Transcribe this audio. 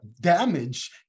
damage